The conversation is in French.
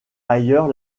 ailleurs